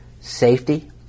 Safety